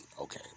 okay